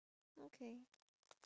okay